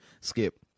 Skip